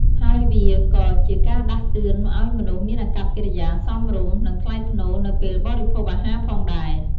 ហើយវាក៏ជាការដាស់តឿនឲ្យមនុស្សមានអាកប្បកិរិយាសមរម្យ និងថ្លៃថ្នូរនៅពេលបរិភោគអាហារផងដែរ។